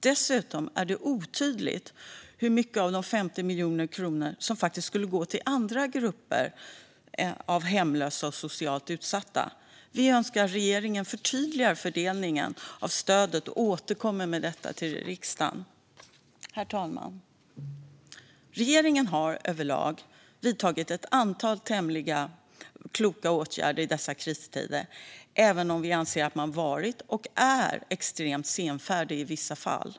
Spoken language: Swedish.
Dessutom är det otydligt hur mycket av dessa 50 miljoner kronor som faktiskt skulle gå till andra grupper av hemlösa och socialt utsatta. Vi önskar att regeringen förtydligar fördelningen av stödet och återkommer med detta till riksdagen. Herr talman! Regeringen har överlag vidtagit ett antal tämligen kloka åtgärder i dessa kristider även om vi anser att man har varit, och är, extremt senfärdig i vissa fall.